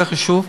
זה חשוב.